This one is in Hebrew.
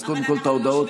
אז קודם כול את ההודעות,